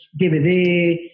DVD